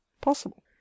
possible